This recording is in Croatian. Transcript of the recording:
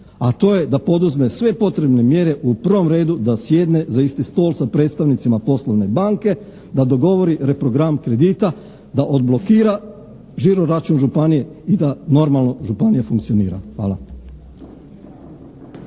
a to je da poduzme sve potrebne mjere u prvom redu da sjedne za isti stol sa predstavnicima poslovne banke, da dogovori reprogram kredita, da odblokira žiro račun županije i da normalno županija funkcionira. Hvala.